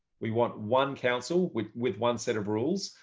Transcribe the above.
we want one council with with one set of rules.